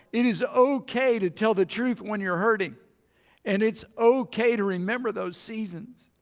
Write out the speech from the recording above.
it is ah okay to tell the truth when you're hurting and it's okay to remember those seasons.